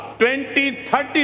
2030